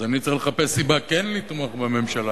אז אני צריך לחפש סיבה כן לתמוך בממשלה.